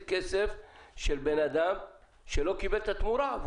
כסף של בן אדם שלא קיבל את התמורה.